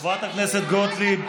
חברת הכנסת גוטליב.